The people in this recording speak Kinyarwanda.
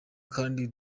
kandi